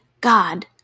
God